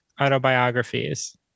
autobiographies